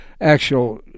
actual